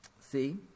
See